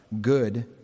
good